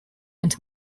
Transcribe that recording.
and